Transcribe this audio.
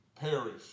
perish